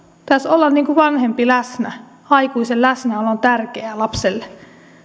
pitäisi olla vanhempi läsnä aikuisen läsnäolo on tärkeää lapselle